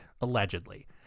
Allegedly